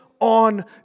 on